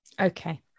Okay